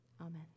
Amen